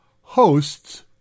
hosts